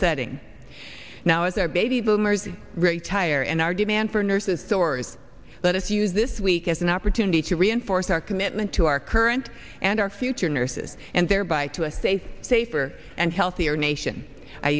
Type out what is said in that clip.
setting now as our baby boomers retire and our demand for nurses stories let us use this week as an opportunity to reinforce our commitment to our current and our future nurses and thereby to a safe safer and healthier nation